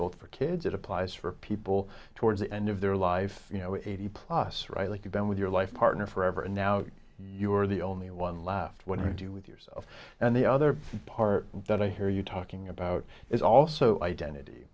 both for kids it applies for people towards the end of their life you know eighty plus right like you've been with your life partner forever and now you're the only one left what do you do with yourself and the other part that i hear you talking about is also identity